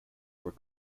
where